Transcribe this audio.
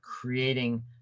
creating